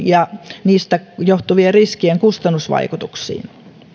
ja niistä johtuvien riskien kustannusvaikutuksiin